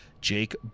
Jake